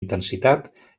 intensitat